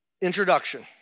introduction